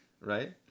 right